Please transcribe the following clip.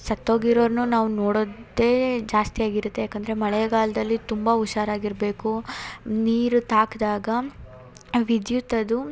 ಸತ್ತೋಗಿರೋರ್ನು ನಾವು ನೋಡೋದೇ ಜಾಸ್ತಿ ಆಗಿರುತ್ತೆ ಯಾಕಂದರೆ ಮಳೆಗಾಲದಲ್ಲಿ ತುಂಬ ಹುಷಾರಾಗಿರಬೇಕು ನೀರು ತಾಕ್ದಾಗ ವಿದ್ಯುತ್ ಅದು